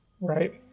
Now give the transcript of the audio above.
Right